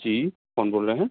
جی کون بول رہے ہیں